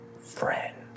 Friend